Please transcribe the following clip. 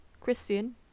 christian